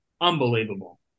unbelievable